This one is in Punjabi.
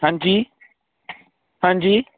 ਹਾਂਜੀ ਹਾਂਜੀ